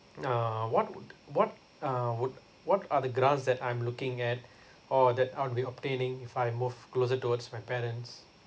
uh what would what uh would what are the grants that I'm looking at or that I'll be obtaining if I move closer towards my parents